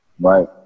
Right